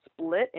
split